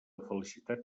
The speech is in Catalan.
felicitat